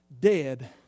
dead